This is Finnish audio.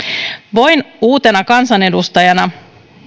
voin uutena kansanedustajana